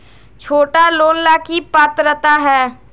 छोटा लोन ला की पात्रता है?